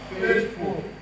Faithful